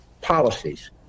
policies